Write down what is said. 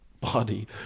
body